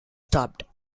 stopped